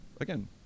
Again